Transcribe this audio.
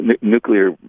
nuclear